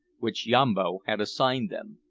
which yambo had assigned them.